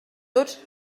tots